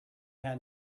had